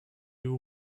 you